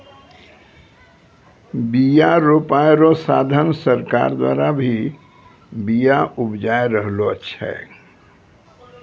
बिया रोपाय रो साधन सरकार द्वारा भी बिया उपजाय रहलो छै